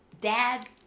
dad